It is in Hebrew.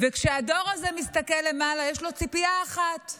כשהדור הזה מסתכל למעלה יש לו ציפייה אחת,